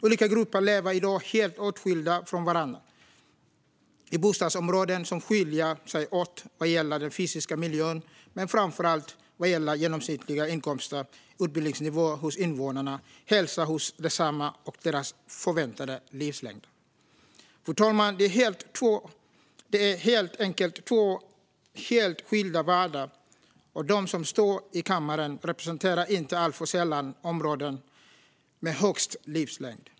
Olika grupper lever i dag helt åtskilda från varandra i bostadsområden som skiljer sig åt vad gäller den fysiska miljön men framför allt vad gäller genomsnittliga inkomster, utbildningsnivå hos invånarna, hälsan hos desamma och deras förväntade livslängd. Fru talman! Det är helt enkelt två helt skilda världar, och de som står i kammaren representerar inte alltför sällan områdena med högst livslängd.